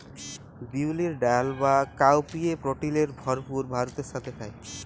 বিউলির ডাল বা কাউপিএ প্রটিলের ভরপুর ভাতের সাথে খায়